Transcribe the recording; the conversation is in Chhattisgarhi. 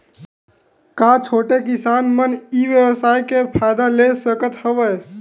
का छोटे किसान मन ई व्यवसाय के फ़ायदा ले सकत हवय?